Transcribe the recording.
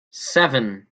seven